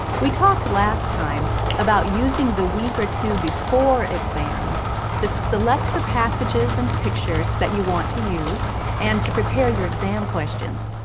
we talked last time about using the week or two before exams to select the passages and pictures that you want to use and to prepare your exam questions.